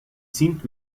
sind